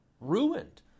ruined